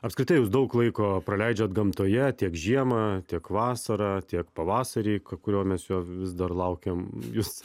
apskritai jūs daug laiko praleidžiat gamtoje tiek žiemą tiek vasarą tiek pavasarį kurio mes jo vis dar laukiam jus